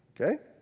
okay